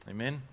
Amen